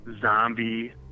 zombie